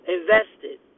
invested